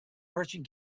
merchant